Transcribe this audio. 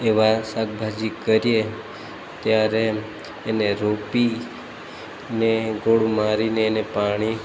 એવા શાકભાજી કરીએ ત્યારે એને રોપી ને ગોળ મારીને એને પાણી